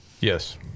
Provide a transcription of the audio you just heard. Yes